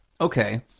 okay